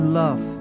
love